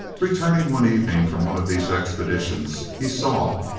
returning one evening from one of these expeditions he saw,